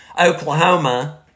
Oklahoma